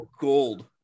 gold